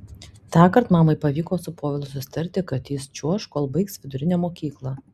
tąkart mamai pavyko su povilu susitarti kad jis čiuoš kol baigs vidurinę mokyklą